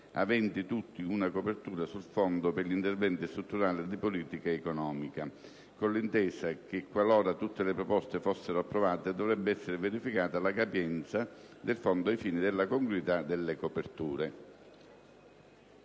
aventi tutti una copertura sul Fondo per gli interventi strutturali di politica economica (FISPE) con l'intesa che, qualora tutte le proposte fossero approvate, dovrebbe essere verificata la capienza del Fondo ai fini della congruità delle coperture.